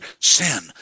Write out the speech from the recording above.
sin